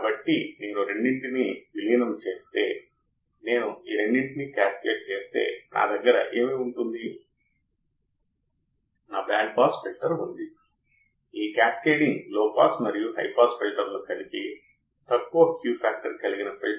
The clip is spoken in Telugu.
కాబట్టి మీరు ఎలక్ట్రానిక్స్ గురించి మాట్లాడేటప్పుడు ఆప్ ఆంప్ కోసం సానుకూల ఫీడ్బ్యాక్ డోలనాన్ని కలిగిస్తుంది లేదా డోలనాలను ఉత్పత్తి చేస్తుంది మరియు ప్రతికూల ఫీడ్బ్యాక్ స్థిరత్వానికి దారితీస్తుంది